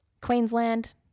Queensland